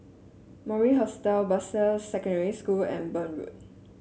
Mori Hostel Bartley Secondary School and Burn Road